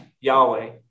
Yahweh